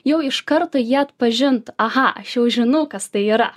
jau iš karto jį atpažintų aha aš jau žinau kas tai yra